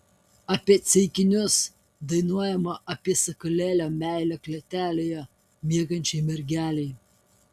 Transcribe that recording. apie ceikinius dainuojama apie sakalėlio meilę klėtelėje miegančiai mergelei